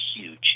huge